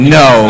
no